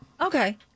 Okay